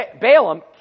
Balaam